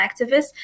activists